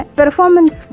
performance